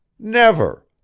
never.